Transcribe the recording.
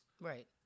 Right